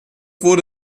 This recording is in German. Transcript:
wurde